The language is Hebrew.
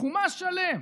בחומש שלם,